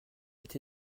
été